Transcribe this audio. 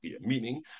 Meaning